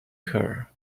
her